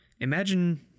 Imagine